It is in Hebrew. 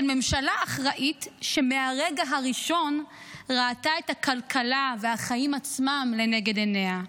של ממשלה אחראית שמהרגע הראשון ראתה את הכלכלה והחיים עצמם לנגד עיניה.